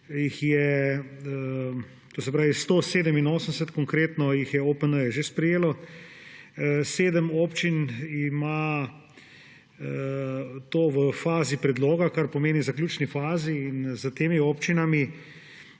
pravi 187 konkretno –je OPN-je že sprejelo, sedem občin ima to v fazi predloga, kar pomeni zaključni fazi. S temi občinami